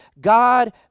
God